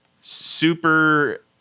super